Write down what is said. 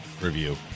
review